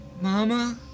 Mama